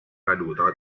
caduta